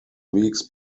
weeks